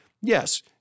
Yes